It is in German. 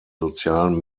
sozialen